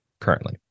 currently